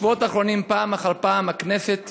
בשבועות האחרונים, פעם אחר פעם, הכנסת